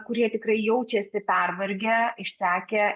kurie tikrai jaučiasi pervargę išsekę